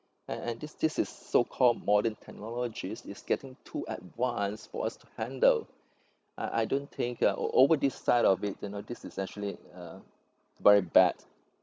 and and this this is so called modern technologies is getting too advanced for us to handle I I don't think uh over this side of it you know this is actually uh very bad